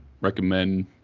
recommend